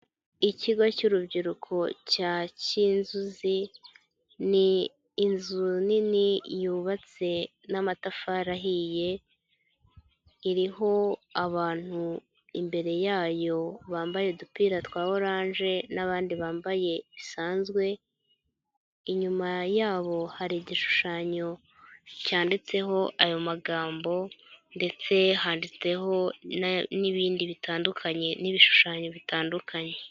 Ikigo cy'urubyiruko cya Cyinzuzi ni inzu nini yubatse n'amatafari ahiye, iriho abantu imbere yayo bambaye udupira twa orange n'abandi bambaye bisanzwe, inyuma yabo hari igishushanyo cyanditseho ayo magambo ndetse handitseho n'ibindi bitandukanye n'ibishushanyo bitandukanye.